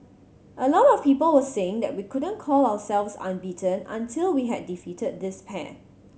a lot of people were saying that we couldn't call ourselves unbeaten until we had defeated this pair